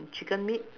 chicken meat